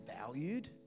valued